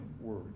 word